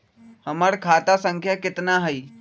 हमर खाता संख्या केतना हई?